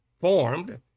formed